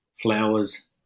flowers